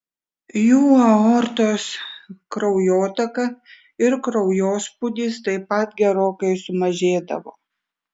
jų aortos kraujotaka ir kraujospūdis taip pat gerokai sumažėdavo